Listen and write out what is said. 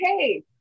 okay